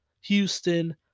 Houston